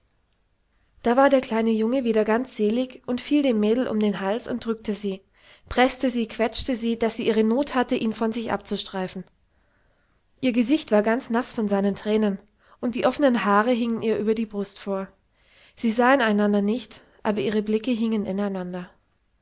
da war der kleine junge wieder ganz selig und fiel dem mädel um den hals und drückte sie preßte sie quetschte sie daß sie ihre not hatte ihn von sich abzustreifen ihr gesicht war ganz naß von seinen thränen und die offenen haare hingen ihr über die brust vor sie sahen einander nicht aber ihre blicke hingen ineinander